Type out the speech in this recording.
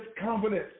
confidence